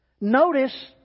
Notice